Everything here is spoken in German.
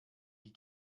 die